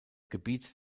gebiet